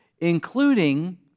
including